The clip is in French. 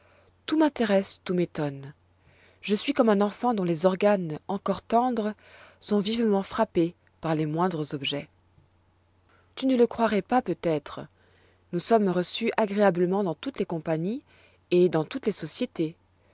tout m'intéresse tout m'étonne je suis comme un enfant dont les organes encore tendres sont vivement frappés par les moindres objets tu ne le croirois pas peut-être nous sommes reçus agréablement dans toutes les compagnies et dans toutes les sociétés